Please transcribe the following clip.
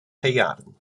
haearn